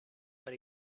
per